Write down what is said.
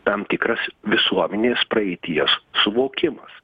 tam tikras visuomenės praeities suvokimas